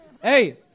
Hey